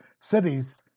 cities